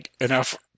enough